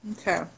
Okay